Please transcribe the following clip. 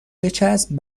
بچسب